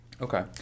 Okay